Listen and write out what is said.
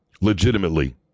Legitimately